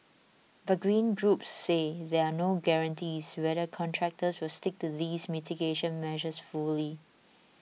but green groups say there are no guarantees whether contractors will stick to these mitigation measures fully